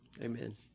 Amen